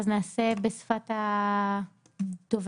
אז נעשה בשפת הדובר?